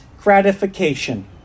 gratification